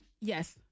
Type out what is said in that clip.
Yes